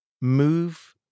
move